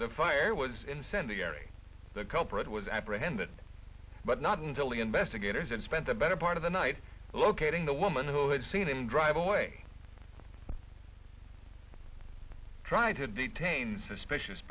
the fire was incendiary the culprit was apprehended but not until the investigators and spent the better part of the night locating the woman who had seen him drive away try to detain suspicious